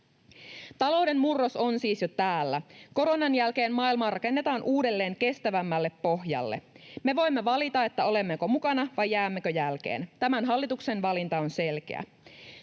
Talouden murros on siis jo täällä. Koronan jälkeen maailmaa rakennetaan uudelleen kestävämmälle pohjalle. Me voimme valita, olemmeko mukana vai jäämmekö jälkeen. Tämän hallituksen valinta on selkeä: